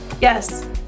Yes